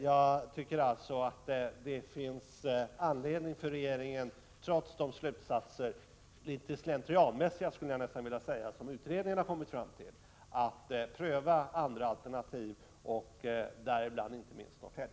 Det finns således anledning för regeringen — trots de litet slentrianmässiga slutsatser utredningen kommit fram till — att pröva andra alternativ, inte minst Norrtälje.